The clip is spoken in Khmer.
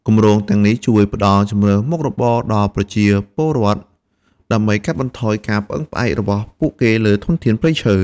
គម្រោងទាំងនេះជួយផ្តល់ជម្រើសមុខរបរដល់ប្រជាពលរដ្ឋ ដើម្បីកាត់បន្ថយការពឹងផ្អែករបស់ពួកគេលើធនធានព្រៃឈើ។